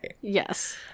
Yes